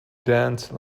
dance